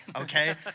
okay